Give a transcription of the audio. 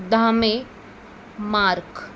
दाहमे mark